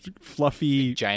fluffy